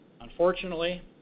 Unfortunately